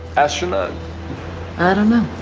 astronaut adama.